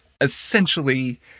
essentially